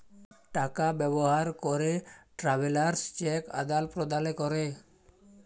টাকা ব্যবহার ক্যরে ট্রাভেলার্স চেক আদাল প্রদালে ক্যরে